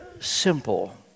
simple